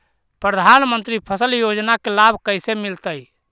प्रधानमंत्री फसल योजना के लाभ कैसे मिलतै?